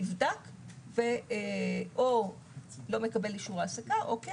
נבדק ומקבל אישור העסקה או לא